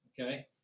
okay